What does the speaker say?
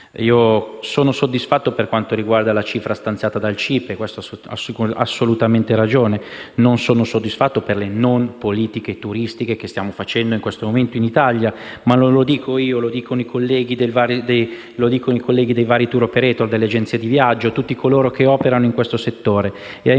Sono soddisfatto per quanto riguarda la cifra stanziata dal CIPE. Per questo ha assolutamente ragione. Non sono soddisfatto per le non politiche turistiche che stiamo facendo in questo momento in Italia. Non lo dico io, ma i colleghi dei vari *tour operator*, delle agenzie di viaggio e tutti coloro che operano nel settore.